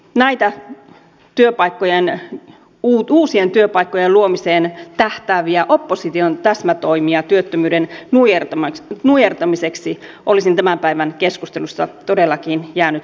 näitä uusien työpaikkojen luomiseen tähtääviä opposition täsmätoimia työttömyyden nujertamiseksi olisin tämän päivän keskustelussa todellakin jäänyt kaipaamaan